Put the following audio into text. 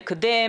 לקדם,